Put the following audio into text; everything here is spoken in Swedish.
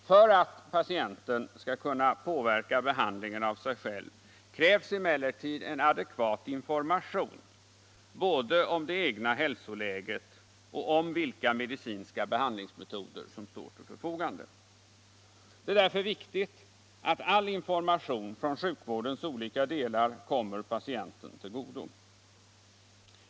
För att patienten skall kunna påverka behandlingen av sig själv krävs emellertid adekvat information både om det egna hälsoläget och om vilka medicinska behandlingsmetoder som står till förfogande. Det är därför viktigt att all information från sjukvårdens olika delar kommer patienten till godo.